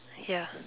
ya